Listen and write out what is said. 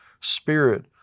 spirit